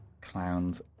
clowns